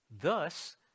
Thus